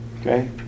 Okay